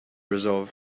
resolve